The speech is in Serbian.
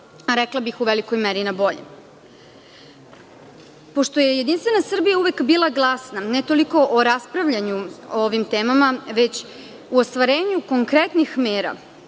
rekla bih u velikoj meri na bolje. Pošto je JS uvek bila glasna ne toliko o raspravljanju ovim temama već u ostvarenju konkretnih mera